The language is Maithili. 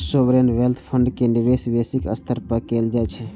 सॉवरेन वेल्थ फंड के निवेश वैश्विक स्तर पर कैल जाइ छै